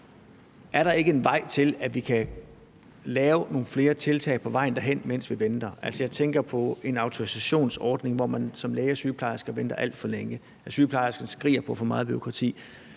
Er der ikke en vej til, at vi kan lave nogle flere tiltag på vejen derhen, mens vi venter? Altså, jeg tænker på, at vi har en autorisationsordning, hvor man som læge og sygeplejerske venter alt for længe, og at sygeplejerskerne skriger om, at der er